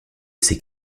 ces